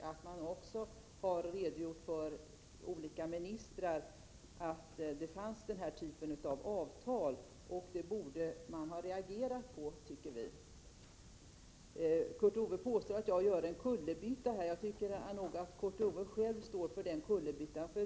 Det har också redogjorts för olika ministrar att denna typ av avtal förekom, och det borde dessa ha reagerat på. Kurt Ove Johansson påstår att jag gör en kullerbytta här, men jag tycker nog att han själv står för den kullerbyttan.